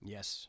Yes